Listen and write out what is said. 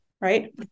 right